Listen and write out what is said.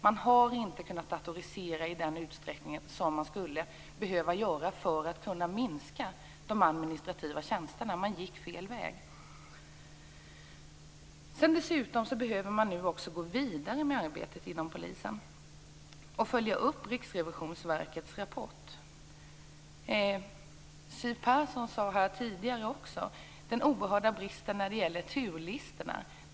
Man har inte kunnat datorisera i den utsträckning som man skulle behöva göra för att kunna minska de administrativa tjänsterna. Man gick fel väg. Dessutom behöver man nu också gå vidare med arbetet inom polisen och följa upp Riksrevisionsverkets rapport. Siv Persson talade tidigare om den oerhörda bristen när det gäller turlistorna.